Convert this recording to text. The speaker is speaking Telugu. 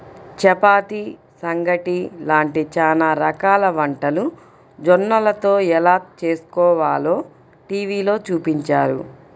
చపాతీ, సంగటి లాంటి చానా రకాల వంటలు జొన్నలతో ఎలా చేస్కోవాలో టీవీలో చూపించారు